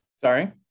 Sorry